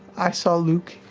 i saw luke,